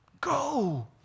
Go